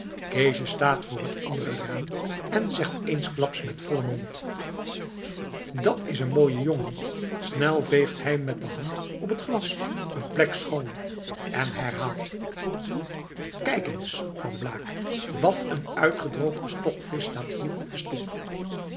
keesje staat voor het andere raam en zegt eensklaps met vollen mond dat is een mooie jongen snel veegt hij met de hand op het glas een plek schoon en herhaalt kijk eens van blaak wat een uitgedroogde stokvisch staat hier op de stoep